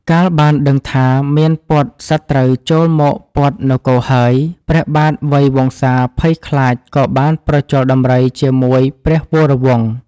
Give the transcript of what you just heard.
កាលបានដឹងថា មានព័ទ្ធសត្រូវចូលមកព័ទ្ធនគរហើយ ព្រះបាទវៃវង្សាភ័យខ្លាច ក៏បានប្រជល់ដំរីជាមួយព្រះវរវង្ស។